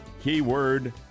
keyword